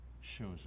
shows